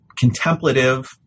contemplative